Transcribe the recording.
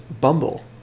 Bumble